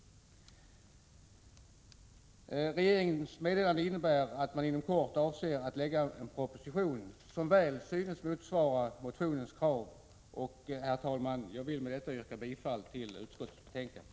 Regeringens meddelande innebär att man inom kort avser att framlägga en proposition som väl synes motsvara motionens krav. Herr talman! Med detta vill jag yrka bifall till utskottets hemställan.